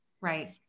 Right